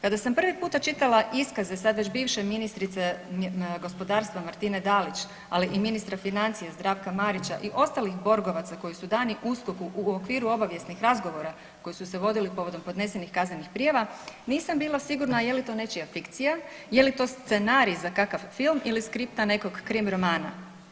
Kada sam prvi puta čitala iskaze sad već bivše ministrice gospodarstva Martine Dalić, ali i ministra financija Zdravka Marića i ostalih Borgovaca koji su dani USKOK-u u okviru obavijesnih razgovora koji su se vodili povodom podnesenih kaznenih prijava nisam bila sigurna je li to nečija fikcija, je li to scenarij za kakav film ili skripta nekog krim romana.